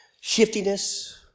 shiftiness